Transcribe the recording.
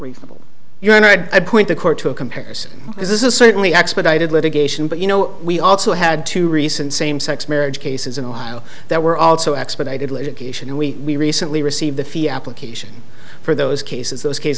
reasonable you and i point the court to a comparison because this is certainly expedited litigation but you know we also had two recent same sex marriage cases in ohio that were also expedited litigation and we recently received a fee application for those cases those case